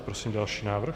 Prosím další návrh.